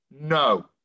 no